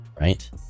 right